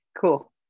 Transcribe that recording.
Cool